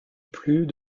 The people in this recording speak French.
plus